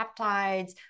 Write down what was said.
peptides